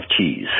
cheese